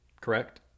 correct